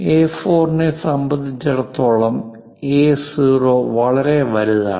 എ4 നെ സംബന്ധിച്ചിടത്തോളം എ0 വളരെ വലുതാണ്